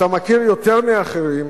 אתה מכיר, יותר מאחרים,